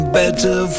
better